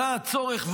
עלה הצורך,